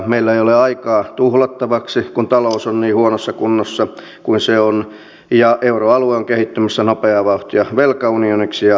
meillä ei ole aikaa tuhlattavaksi kun talous on niin huonossa kunnossa kuin se on ja euroalue on kehittymässä nopeaa vauhtia velkaunioniksi ja liittovaltioksi